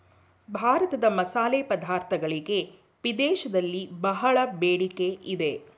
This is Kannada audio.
ಭಾರತದ ಮಸಾಲೆ ಪದಾರ್ಥಗಳಿಗೆ ವಿದೇಶದಲ್ಲಿ ಬಹಳ ಬೇಡಿಕೆ ಇದೆ